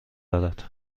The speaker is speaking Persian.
دارد